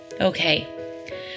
okay